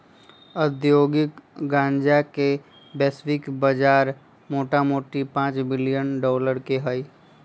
औद्योगिक गन्जा के वैश्विक बजार मोटामोटी पांच बिलियन डॉलर के हइ